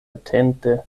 atente